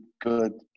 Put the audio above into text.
good